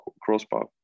crossbar